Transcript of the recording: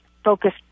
focused